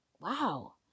wow